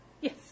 Yes